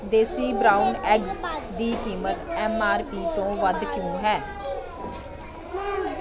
ਦੇਸੀ brown eggs ਦੀ ਕੀਮਤ M R P ਤੋਂ ਵੱਧ ਕਿਉਂ ਹੈ